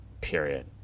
period